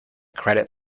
credit